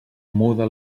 muda